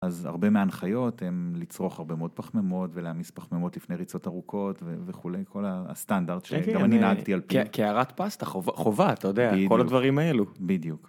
אז הרבה מההנחיות הם לצרוך הרבה מאוד פחמימות, ולהעמיס פחמימות לפני ריצות ארוכות, וכולי, כל הסטנדרט שגם אני נהגתי על פיו. קערת פסטה חובה, אתה יודע, כל הדברים האלו. בדיוק.